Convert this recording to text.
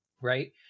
Right